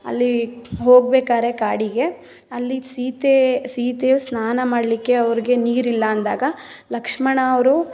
ಅಲ್ಲಿ ಹೋಗ್ಬೇಕಾದ್ರೆ ಕಾಡಿಗೆ ಅಲ್ಲಿ ಸೀತೆ ಸೀತೆಯು ಸ್ನಾನ ಮಾಡಲಿಕ್ಕೆ ಅವ್ರಿಗೆ ನೀರಿಲ್ಲ ಅಂದಾಗ ಲಕ್ಷ್ಮಣ ಅವರು